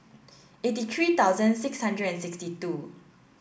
eighty three thousand six hundred and sixty two